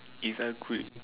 if i could